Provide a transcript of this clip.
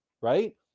right